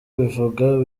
bivuga